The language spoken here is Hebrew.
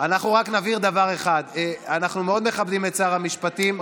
אנחנו רק נבהיר דבר אחד: אנחנו מאוד מכבדים את שר המשפטים.